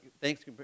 thanks